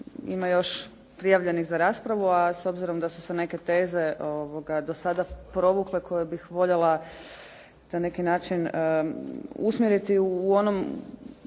ima još prijavljenih za raspravu, a s obzirom da su se neke teze do sada provukle koje bih voljela na neki način usmjeriti u onom